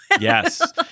Yes